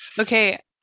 okay